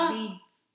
Weeds